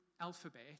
alphabet